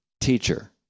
teacher